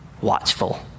watchful